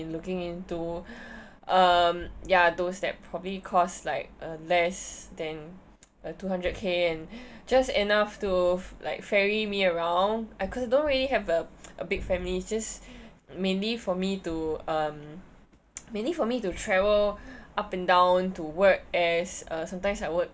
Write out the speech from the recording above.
looking into uh ya those that probably cost like less than a two hundred K and just enough to like ferry me around I don't really have uh a big family just mainly for me to um mainly for me to travel up and down to work as uh sometimes I work